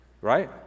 right